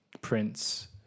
Prince